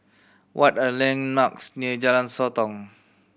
what are the landmarks near Jalan Sotong